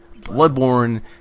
Bloodborne